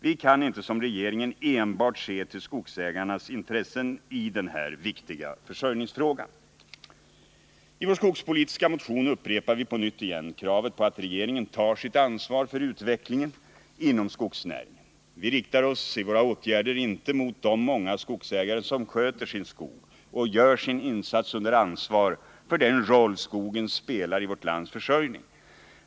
Vi kan inte som regeringen enbart se till skogsägarnas intressen i denna viktiga försörjningsfråga. I vår skogspolitiska motion upprepar vi på nytt kravet om att regeringen tar sitt ansvar för utvecklingen inom skogsnäringen. Vi riktar oss i våra åtgärder inte mot de många skogsägare som sköter sin skog och gör sin insats under ansvar för den roll skogen spelar i vårt lands försörjning.